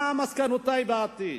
מה מסקנותי בעתיד.